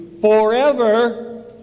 forever